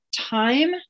time